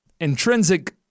intrinsic